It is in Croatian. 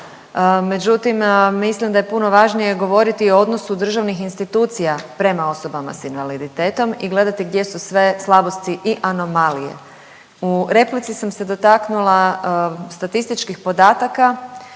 međutim mislim da je puno važnije govoriti o odnosu državnih institucija prema osobama s invaliditetom i gledati gdje su sve slabosti i anomalije. U replici sam se dotaknula statističkih podataka